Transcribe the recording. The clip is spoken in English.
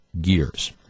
gears